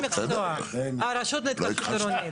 הרשות להתחדשות עירונית.